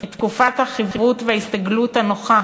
את תקופת החִברות וההסתגלות הנוחה